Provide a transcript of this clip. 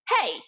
hey